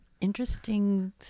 interesting